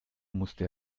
musste